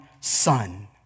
son